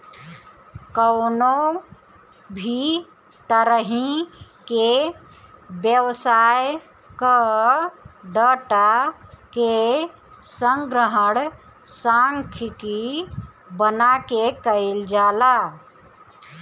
कवनो भी तरही के व्यवसाय कअ डाटा के संग्रहण सांख्यिकी बना के कईल जाला